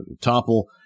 topple